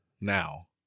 Now